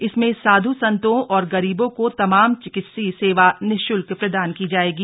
इसमें साध् संतों और गरीबों को तमाम चिकित्सीय सेवा निशुल्क प्रदान की जाएंगी